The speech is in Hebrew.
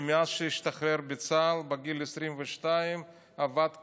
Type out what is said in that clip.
שמאז שהשתחרר מצה"ל בגיל 22 עבד קשה,